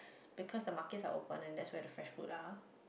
because the markets are open and there where the fresh food are